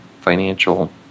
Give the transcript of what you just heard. financial